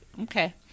Okay